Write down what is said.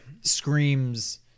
screams